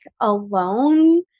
alone